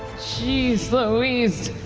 jeez louise.